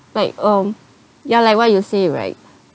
like um ya like what you say right